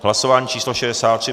Hlasování číslo 63.